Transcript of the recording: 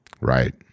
right